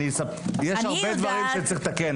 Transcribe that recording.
יש המון דברים שצריך לתקן.